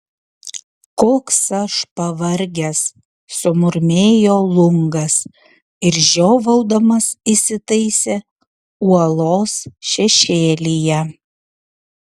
koks aš pavargęs sumurmėjo lungas ir žiovaudamas įsitaisė uolos šešėlyje